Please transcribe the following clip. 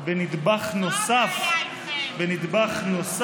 זו הבעיה איתכם, אתם הולכים רק להודעות לעיתונות.